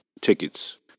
tickets